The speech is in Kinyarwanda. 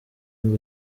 ngo